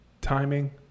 timing